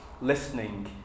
listening